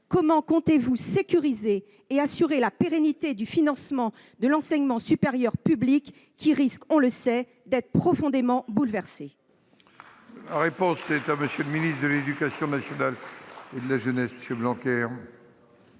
comment comptez-vous sécuriser et assurer la pérennité du financement de l'enseignement supérieur public, qui risque, on le sait, d'être profondément bouleversé ? La parole est à M. le ministre de l'éducation nationale et de la jeunesse. Madame la